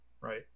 right